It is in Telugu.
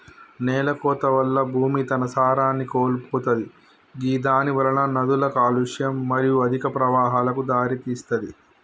నేలకోత వల్ల భూమి తన సారాన్ని కోల్పోతది గిదానివలన నదుల కాలుష్యం మరియు అధిక ప్రవాహాలకు దారితీస్తది